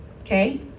Okay